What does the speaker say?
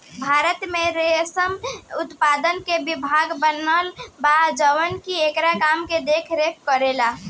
भारत में रेशम उत्पादन के विभाग बनल बा जवन की एकरा काम के देख रेख करेला